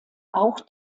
auch